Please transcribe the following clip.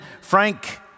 Frank